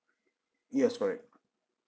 yes correct